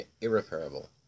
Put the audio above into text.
irreparable